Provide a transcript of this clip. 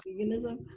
veganism